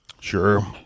Sure